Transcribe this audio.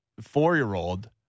four-year-old